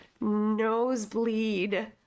nosebleed